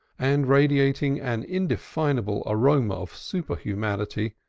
and radiating an indefinable aroma of superhumanity,